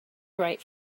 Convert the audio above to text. right